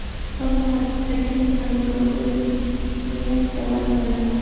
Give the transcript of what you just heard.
ᱦᱚᱞᱟ ᱦᱟᱸᱜ ᱦᱟᱹᱴᱤᱧ ᱟᱠᱟᱱ ᱵᱞᱚᱠ ᱠᱩᱭᱤᱱᱥ ᱢᱮᱭᱟᱫᱽ ᱪᱟᱵᱟ ᱟᱠᱟᱱᱟ